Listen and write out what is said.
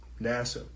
NASA